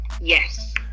Yes